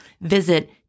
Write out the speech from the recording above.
Visit